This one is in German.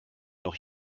noch